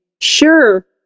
sure